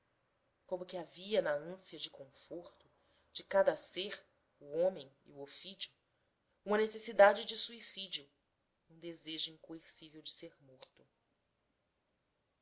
como que havia na ânsia de conforto de cada ser ex o homem e o ofídio uma necessidade de suicídio e um desejo incoercível de ser morto